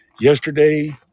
Yesterday